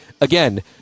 again